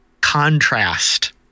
contrast